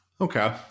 Okay